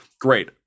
Great